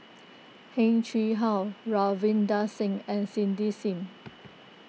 Heng Chee How Ravinder Singh and Cindy Sim